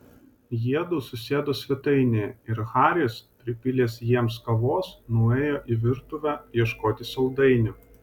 jiedu susėdo svetainėje ir haris pripylęs jiems kavos nuėjo į virtuvę ieškoti saldainių